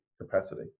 capacity